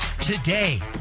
today